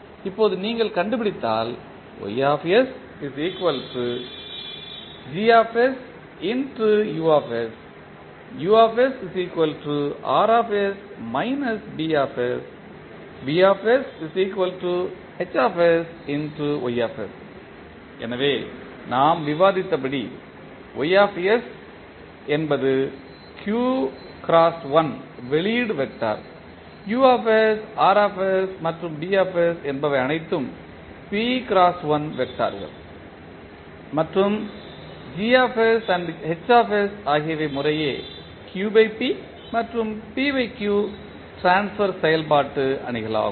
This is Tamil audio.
இப்போது நீங்கள் கண்டுபிடித்தால் எனவே நாம் விவாதித்தபடி என்பது q × 1 வெளியீட்டு வெக்டார் என்பவை அனைத்தும் p × 1 வெக்டார்கள் மற்றும் மற்றும் ஆகியவை முறையே q × p மற்றும் p × q ட்ரான்ஸ்பர் செயல்பாட்டு அணிகளாகும்